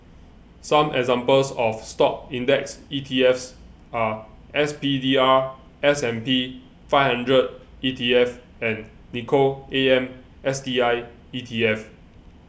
some examples of Stock index ETFs are S P D R S and P Five Hundred E T F and Nikko A M S T I E T F